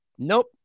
Nope